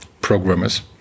programmers